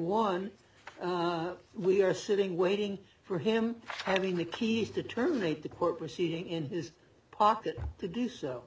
one we are sitting waiting for him having the keys to terminate the court proceeding in his pocket to do so